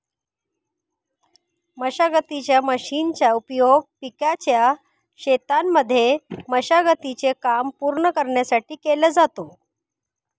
मशागतीच्या मशीनचा उपयोग पिकाच्या शेतांमध्ये मशागती चे काम पूर्ण करण्यासाठी केला जातो